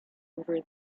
over